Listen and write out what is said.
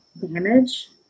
damage